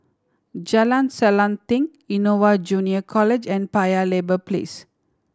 Jalan Selanting Innova Junior College and Paya Lebar Place